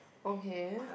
okay